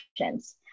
options